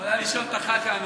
אורן, בן כמה אתה?